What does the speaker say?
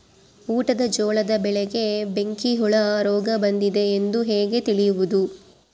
ಊಟದ ಜೋಳದ ಬೆಳೆಗೆ ಬೆಂಕಿ ಹುಳ ರೋಗ ಬಂದಿದೆ ಎಂದು ಹೇಗೆ ತಿಳಿಯುವುದು?